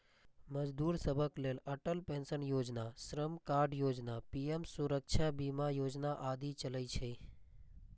मजदूर सभक लेल अटल पेंशन योजना, श्रम कार्ड योजना, पीएम सुरक्षा बीमा योजना आदि चलै छै